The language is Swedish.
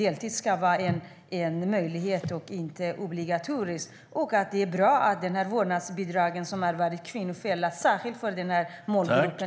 Deltid ska vara en möjlighet och inte något obligatoriskt. Vårdnadsbidraget har också varit en kvinnofälla, särskilt för den här gruppen.